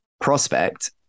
prospect